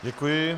Děkuji.